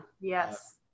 Yes